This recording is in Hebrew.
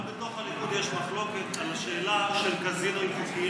גם בתוך הליכוד יש מחלוקת על השאלה של בתי קזינו חוקיים,